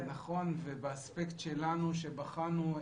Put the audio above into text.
ובאספקט שלנו שבחנו,